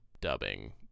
dubbing